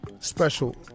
Special